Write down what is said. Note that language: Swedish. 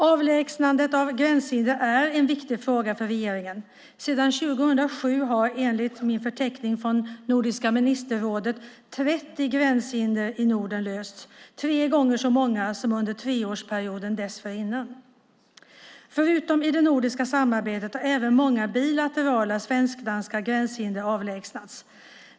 Avlägsnande av gränshinder är en viktig fråga för regeringen. Sedan 2007 har, enligt en förteckning från Nordiska ministerrådet, 30 gränshinder i Norden lösts, tre gånger så många som under treårsperioden dessförinnan. Förutom i det nordiska samarbetet har även många bilaterala svensk-danska gränshinder avlägsnats.